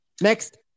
next